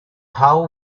how